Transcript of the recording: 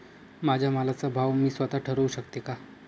माझ्या मालाचा भाव मी स्वत: ठरवू शकते का?